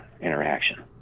interaction